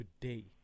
today